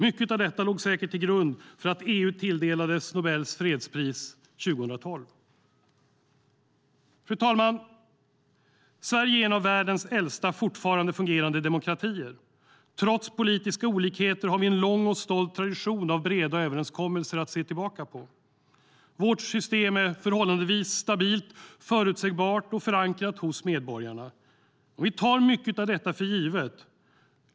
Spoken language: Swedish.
Mycket av detta låg säkert till grund för att EU tilldelades Nobels fredspris 2012. Fru talman! Sverige är en av världens äldsta fortfarande fungerande demokratier. Trots politiska olikheter har vi en lång och stolt tradition av breda överenskommelser att se tillbaka på. Vårt system är förhållandevis stabilt, förutsägbart och förankrat hos medborgarna. Vi tar mycket av detta för givet.